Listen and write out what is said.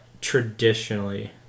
traditionally